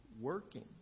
working